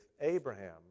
Abraham